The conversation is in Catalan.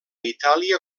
itàlia